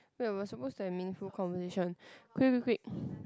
wait we're supposed to have meaningful conversation quick quick quick